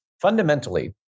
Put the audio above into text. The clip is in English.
Fundamentally